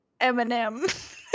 Eminem